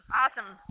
awesome